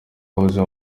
buzima